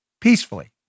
Peacefully